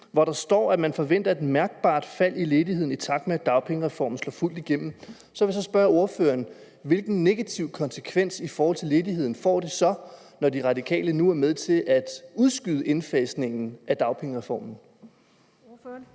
hvor der står, at man forventer et mærkbart fald i ledigheden, i takt med at dagpengereformen slår fuldt igennem, og jeg vil så spørge ordføreren: Hvilken negativ konsekvens for ledigheden får det så, når De Radikale nu er med til at udskyde indfasningen af dagpengereformen? Kl.